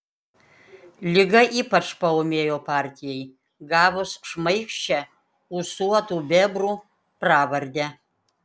liga ypač paūmėjo partijai gavus šmaikščią ūsuotų bebrų pravardę